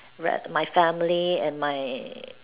ra~ my family and my